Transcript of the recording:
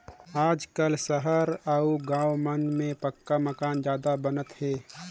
आजकाल सहर अउ गाँव मन में पक्का मकान जादा बनात हे